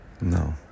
No